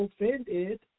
offended